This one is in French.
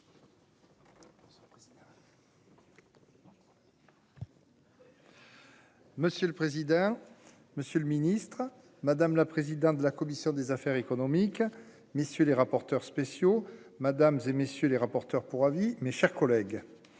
Monsieur le président, Monsieur le Ministre, madame la présidente de la commission des affaires économiques, messieurs les rapporteurs spéciaux, Madame et messieurs les rapporteurs pour avis, mes chers collègues,